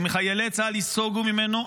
אם חיילי צה"ל ייסוגו ממנו,